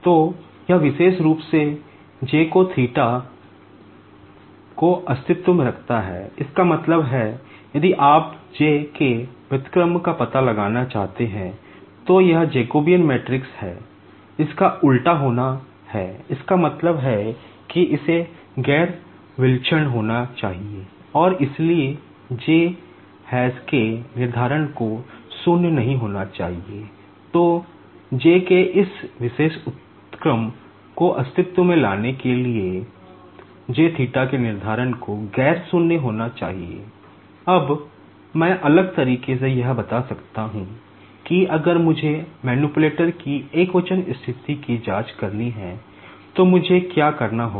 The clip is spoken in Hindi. तो यह विशेष रूप से जे को थीटा के निर्धारक को 0 के बराबर रखना होगा